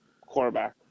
quarterback